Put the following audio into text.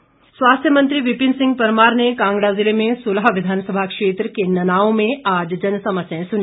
परमार स्वास्थ्य मंत्री विपिन सिंह परमार ने कांगड़ा जिले में सुलह विधानसभा क्षेत्र के ननाओं में आज जनसमस्याएं सुनी